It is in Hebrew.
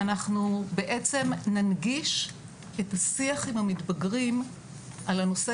אנחנו בעצם ננגיש את השיח עם המתבגרים על הנושא